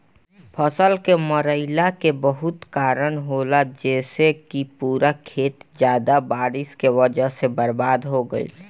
फसल के मरईला के बहुत कारन होला जइसे कि पूरा खेत ज्यादा बारिश के वजह से बर्बाद हो गईल